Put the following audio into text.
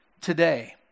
today